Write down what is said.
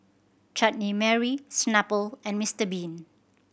Chutney Mary Snapple and Mister Bean